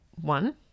one